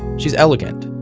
she's elegant.